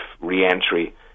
re-entry